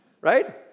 right